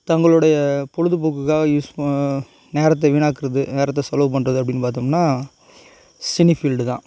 தங்களுடைய பொழுதுபோக்குக்காக யூஸ் ப நேரத்தை வீணாக்கிறது நேரத்த செலவு பண்ணுறது அப்படினு பார்த்தோம்னா சினி ஃபீல்டு தான்